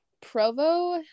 Provo